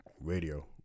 radio